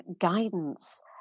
guidance